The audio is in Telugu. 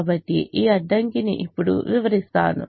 కాబట్టి ఈ అడ్డంకిని ఇప్పుడు వివరిస్తాను